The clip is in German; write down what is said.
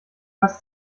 hast